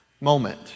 moment